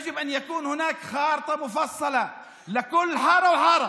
צריך שתהיה שם תוכנית מפורטת עבור כל שכונה.